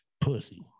pussy